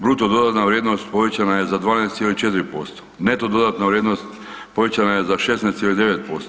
Bruto dodatna vrijednost povećana je za 12,4%, neto dodatna vrijednost povećana je za 16,9%